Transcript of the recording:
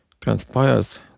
transpires